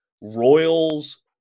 Royals